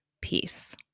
peace